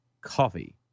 coffee